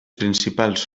principals